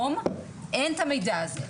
היום אין את המידע הזה.